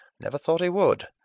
never thought he would.